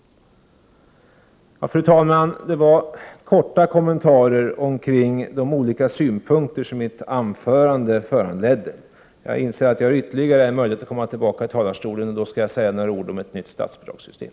Fru talman! Jag har här gjort några korta kommentarer till de olika synpunkter som mitt anförande föranledde. Jag förstår att jag har ytterligare möjlighet att tala från talarstolen och då skall jag säga några ord om ett nytt statsbidragssystem.